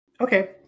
Okay